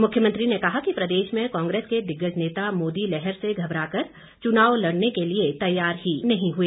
मुख्यमंत्री ने कहा कि प्रदेश में कांग्रेस के दिग्गज नेता मोदी लहर से घबरा कर चुनाव लड़ने के लिए तैयार ही नहीं हुए